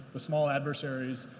but small adversaries,